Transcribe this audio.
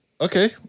Okay